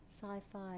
sci-fi